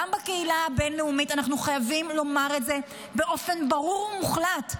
גם בקהילה הבין-לאומית אנחנו חייבים לומר את זה באופן ברור ומוחלט,